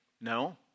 No